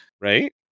Right